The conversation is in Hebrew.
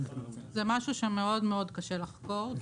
זה משהו שמאוד מאוד קשה לחקור,